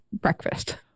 breakfast